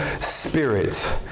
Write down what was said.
Spirit